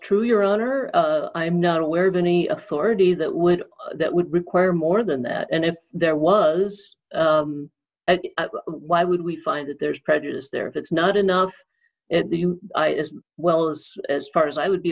true your honor i'm not aware of any authority that would that would require more than that and if there was why would we find that there's prejudice there that's not enough at the as well as as far as i would be